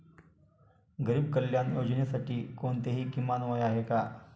गरीब कल्याण योजनेसाठी कोणतेही किमान वय आहे का?